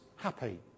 happy